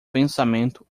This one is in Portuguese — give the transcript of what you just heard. pensamento